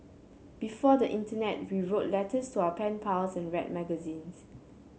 before the internet we wrote letters to our pen pals and read magazines